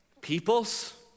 peoples